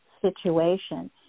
situation